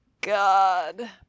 God